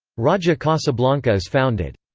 raja casablanca is founded.